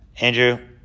Andrew